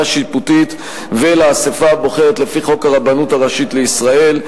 שיפוטית ולאספה הבוחרת לפי חוק הרבנות הראשית לישראל,